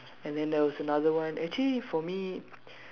and then there was another one actually for me